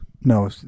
No